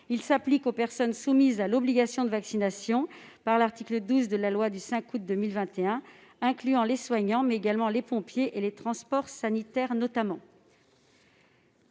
s'appliquerait aux personnes soumises à l'obligation de vaccination en vertu de l'article 12 de la loi du 5 août 2021, qui inclut les soignants, mais également les pompiers et les transports sanitaires. L'amendement